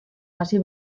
hasi